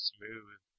Smooth